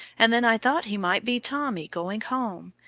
and then i thought he might be tommy going home,